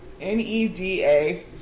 N-E-D-A